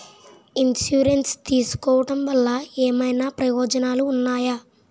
Insurance తీసుకోవటం వల్ల ఏమైనా ప్రయోజనాలు ఉన్నాయా?